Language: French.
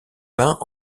peint